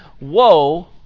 woe